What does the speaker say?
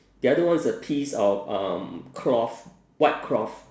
the other one is a piece of um cloth white cloth